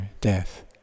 death